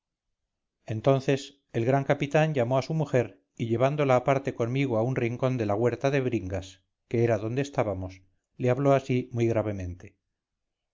entonces el gran capitán llamó a su mujer y llevándola aparte conmigo a un rincón de la huerta de bringas que era donde estábamos le habló así muy gravemente